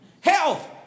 Health